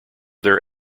their